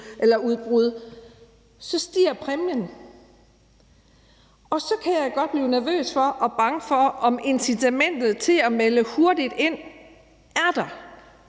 sygdomsudbrud, så stiger præmien, og så kan jeg godt blive nervøs for og bange for, om incitamentet til at melde hurtigt ind er til